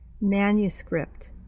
Manuscript